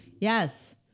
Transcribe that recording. Yes